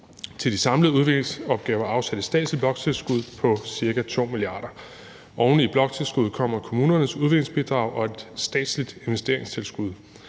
til de samlede udviklingsopgaver afsat et statsligt bloktilskud på ca. 2 mia. kr. Oven i bloktilskuddet kommer kommunernes udviklingsbidrag og et statsligt investeringstilskud.